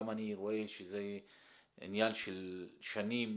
גם אני רואה שזה עניין של שנים,